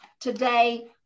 today